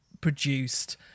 produced